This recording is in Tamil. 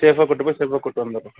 சேஃபாக கூட்டு போய் சேஃபாக கூட்டு வந்துறேன்